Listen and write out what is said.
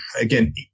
again